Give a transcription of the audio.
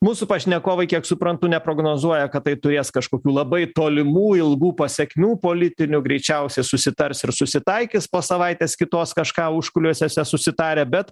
mūsų pašnekovai kiek suprantu neprognozuoja kad tai turės kažkokių labai tolimų ilgų pasekmių politinių greičiausia susitars ir susitaikys po savaitės kitos kažką užkulisiuose susitarę bet